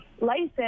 license